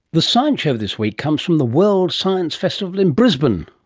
the science show this week comes from the world science festival in brisbane.